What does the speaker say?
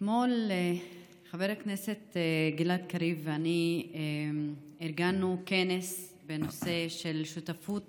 אתמול חבר הכנסת גלעד קריב ואני ארגנו כנס בנושא של שותפות